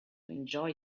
enjoy